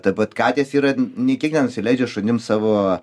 taip pat katės yra nei kiek nenusileidžia šunim savo